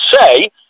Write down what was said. say